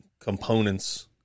components